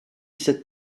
ses